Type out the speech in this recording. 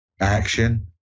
action